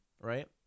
right